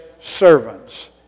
servants